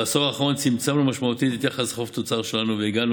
בעשור האחרון צמצמנו משמעותית את יחס החוב תוצר שלנו והגענו